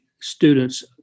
students